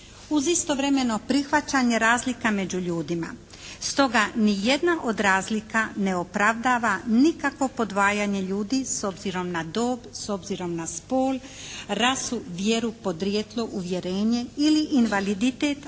uz istovremeno prihvaćanje razlika među ljudima. Stoga ni jedna od razlika ne opravdava nikakvo podvajanje ljudi s obzirom na dob, s obzirom na spol, rasu, vjeru, podrijetlo, uvjerenje ili invaliditet,